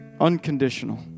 unconditional